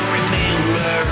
remember